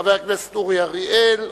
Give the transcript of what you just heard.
חבר הכנסת אורי אריאל,